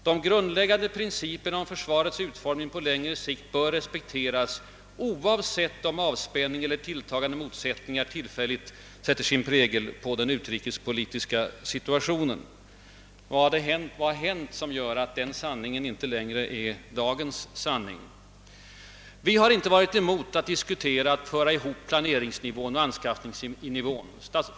——— De grundläggande principerna om försvarets utformning på längre sikt bör respekteras oavsett om avspänning eller tilltagande motsättningar tillfälligt sätter sin prägel på den utrikespolitiska situationen.» Vad har hänt som gör att detta inte längre är dagens sanning? Vi har inte motsatt oss att diskutera hur planeringsoch anskaffningsnivån skall bringas i överensstämmelse med varandra.